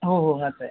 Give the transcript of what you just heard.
हो हो हाच आहे